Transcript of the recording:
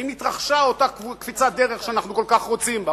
האם התרחשה אותה קפיצת דרך שאנחנו כל כך רוצים בה,